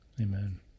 Amen